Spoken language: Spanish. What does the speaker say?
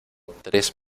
tres